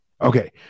Okay